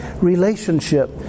relationship